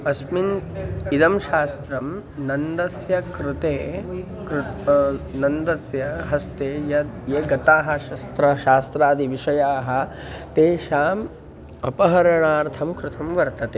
अस्मिन् इदं शास्त्रं नन्दस्य कृते कृ नन्दस्य हस्ते य ये गताः शस्त्र शास्त्रादिविषयाः तेषाम् अपहरणार्थं कृतं वर्तते